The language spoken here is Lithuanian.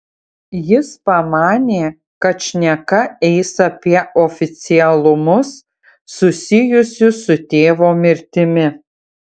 jis pamanė kad šneka eis apie oficialumus susijusius su tėvo mirtimi